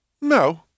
No